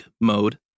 mode